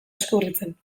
deskubritzen